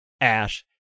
Ash